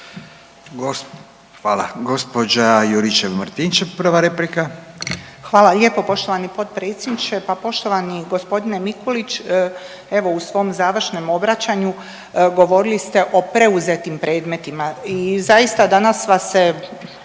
prva replika. **Juričev-Martinčev, Branka (HDZ)** Hvala lijepo poštovani potpredsjedniče. Pa poštovani gospodine Mikulić, evo u svom završnom obraćanju govorili ste o preuzetim predmetima i zaista danas vas se,